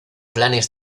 planes